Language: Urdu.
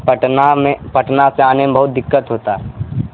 پٹنہ میں پٹنہ سے آنے میں بہت دقت ہوتا ہے